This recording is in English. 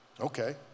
Okay